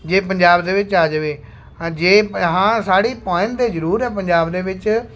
ਜੇ ਪੰਜਾਬ ਦੇ ਵਿੱਚ ਆ ਜਾਵੇ ਹਾਂ ਜੇ ਹਾਂ ਜੇ ਸਾੜੀ ਪਹਿਨਦੇ ਜ਼ਰੂਰ ਹੈ ਪੰਜਾਬ ਦੇ ਵਿੱਚ